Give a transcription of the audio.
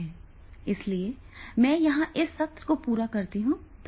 इसलिए मैं यहां इस सत्र को पूरा करता हूं